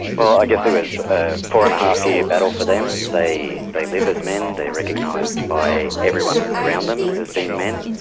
but i guess there was a four and a half year battle for them. they they live as men, they're recognised by everyone around them as being men,